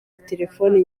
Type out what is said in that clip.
telefone